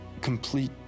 complete